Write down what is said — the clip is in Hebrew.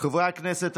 חברי הכנסת,